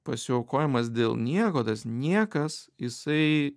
pasiaukojimas dėl nieko tas niekas jisai